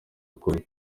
ukuli